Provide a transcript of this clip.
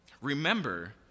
Remember